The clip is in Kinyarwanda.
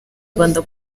rwanda